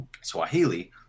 Swahili